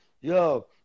Yo